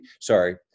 Sorry